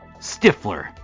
Stifler